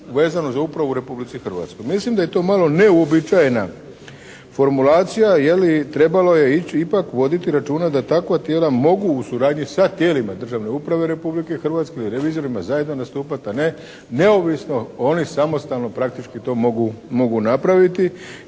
vezano za upravu u Republici Hrvatskoj. Mislim da je to malo neuobičajena formulacija, jer trebalo je ići ipak voditi računa da takva tijela mogu u suradnji sa tijelima državne uprave Republike Hrvatske i revizorima zajedno nastupati a ne neovisno oni samostalno praktički to mogu napraviti